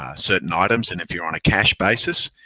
ah certain items, and if you're on a cash basis,